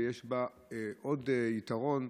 ויש בה עוד יתרון,